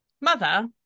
Mother